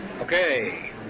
okay